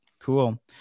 cool